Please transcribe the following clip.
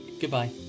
Goodbye